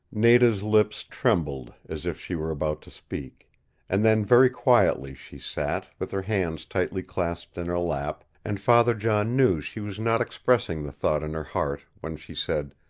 nada's lips trembled, as if she were about to speak and then very quietly she sat, with her hands tightly clasped in her lap, and father john knew she was not expressing the thought in her heart when she said,